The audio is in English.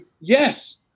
Yes